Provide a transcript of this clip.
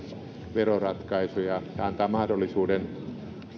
veroratkaisuja ja antaa mahdollisuuden